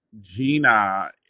Gina